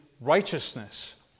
Righteousness